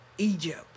Egypt